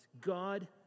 God